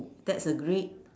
that's a great